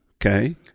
okay